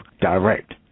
direct